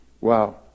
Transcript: Wow